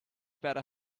better